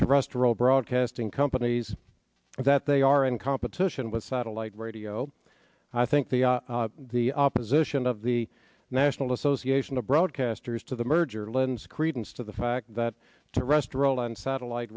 to restoral broadcasting companies that they are in competition with satellite radio i think the the opposition of the national association of broadcasters to the merger lends credence to the fact that to rest role on satellite